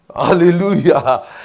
Hallelujah